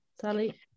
sally